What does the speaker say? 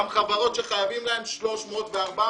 גם חברות שחייבים להן 300 מיליון ו-400